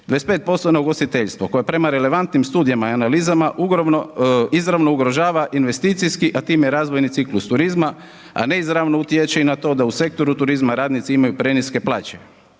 25% na ugostiteljstvo koje prema relevantnim studijima i analizama izravno ugrožava investicijski a time i razvojni ciklus turizma a neizravno utječe i na to da u sektoru turizma radnici imaju preniske plaće.